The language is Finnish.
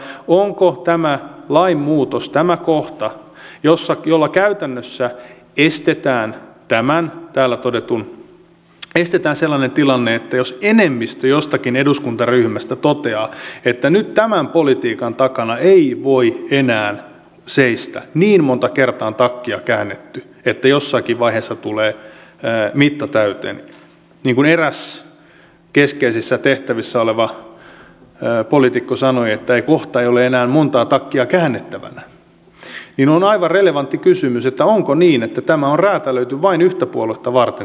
kertokaa onko tämä lainmuutos tämä kohta jolla käytännössä estetään sellainen tilanne että jos enemmistö jostakin eduskuntaryhmästä toteaa että nyt tämän politiikan takana ei voi enää seistä niin monta kertaa on takkia käännetty että jossakin vaiheessa tulee mitta täyteen niin kuin eräs keskeisissä tehtävissä oleva poliitikko sanoi että kohta ei ole enää monta takkia käännettävänä tämä on siis aivan relevantti kysymys onko niin että tämä lakiesitys on räätälöity vain yhtä puoluetta varten